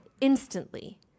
instantly